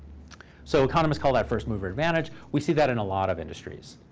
so economists call that first-mover advantage. we see that in a lot of industries.